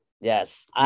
yes